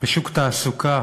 בשוק תעסוקה